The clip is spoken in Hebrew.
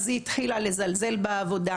היא התחילה לזלזל בעבודה,